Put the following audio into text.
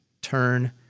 turn